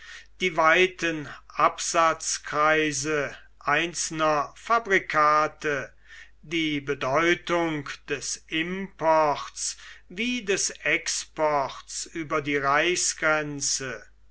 die weiten absatzkreise einzelner fabrikate die bedeutung des imports wie des exports über die reichsgrenze